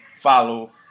follow